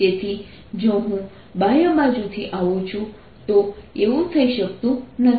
તેથી જો હું બાહ્ય બાજુથી આવું છું તો એવું થઈ શકતું નથી